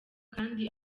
kandi